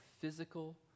physical